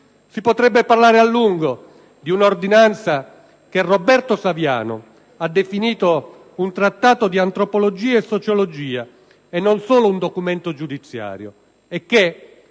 Si potrebbe parlare a lungo di un'ordinanza che Roberto Saviano ha definito «un trattato di antropologia e sociologia e non solo un documento giudiziario», e che,